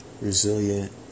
resilient